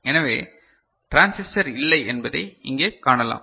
எனவே டிரான்சிஸ்டர் இல்லை என்பதை இங்கே காணலாம்